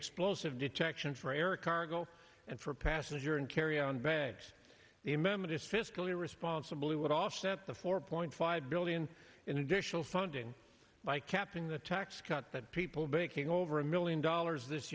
explosive detection for air cargo and for passenger and carry on bags the memmott is fiscally responsible he would offset the four point five billion in additional funding by capping the tax cuts that people making over a million dollars this